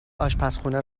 آشپرخونه